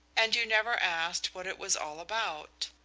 and you never asked what it was all about.